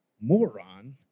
moron